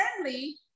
friendly